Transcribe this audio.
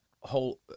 whole